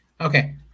Okay